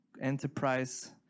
enterprise